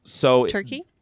Turkey